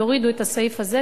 יורידו את הסעיף הזה,